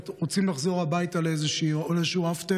ורוצים לחזור הביתה לאיזה אפטר,